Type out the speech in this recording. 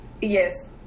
Yes